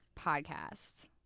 podcast